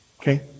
Okay